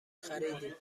خریدیم